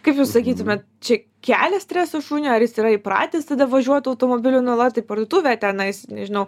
kaip jūs sakytumėt čia kelia streso šuniui ar jis yra įpratęs tada važiuoti automobiliu nuolat ir parduotuvę tenais nežinau